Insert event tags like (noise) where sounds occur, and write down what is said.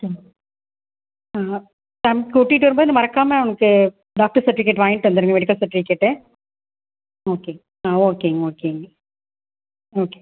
ஆ ஆ (unintelligible) கூட்டிகிட்டு வரும்போது மறக்காமல் அவனுக்கு டாக்டர் செர்டிபிக்கேர்ட் வாங்கிட்டுவந்துருங்க மெடிக்கல் செர்டிபிக்கேர்ட்டு ஓகேங்க ஆ ஓகேங்க ஓகேங்க ஓகே